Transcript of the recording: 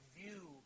view